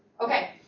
Okay